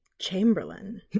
Chamberlain